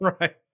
right